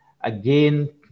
again